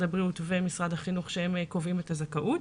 הבריאות ומשרד החינוך שקובעים את הזכאות.